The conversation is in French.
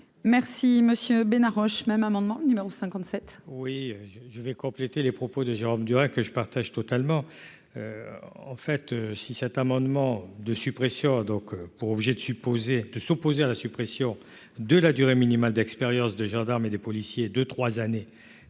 Merci Monsieur Bénard Roche même amendement numéro 57. Oui je je vais compléter les propos de Jérôme Durain, que je partage totalement : en fait, si cet amendement de suppression donc pour obliger de supposées de s'opposer à la suppression de la durée minimale d'expérience de gendarmes et des policiers deux 3 années